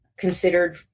considered